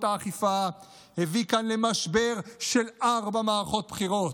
האכיפה הביא כאן למשבר של ארבע מערכות בחירות.